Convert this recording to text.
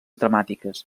dramàtiques